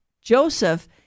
Joseph